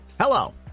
Hello